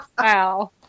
wow